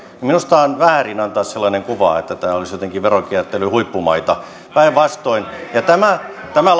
niin minusta on väärin antaa sellainen kuva että tämä olisi jotenkin veronkiertelyn huippumaita päinvastoin tämä tämä